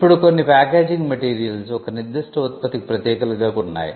ఇప్పుడు కొన్ని packaging materials ఒక నిర్దిష్ట ఉత్పత్తికి ప్రతీకలుగా ఉన్నాయి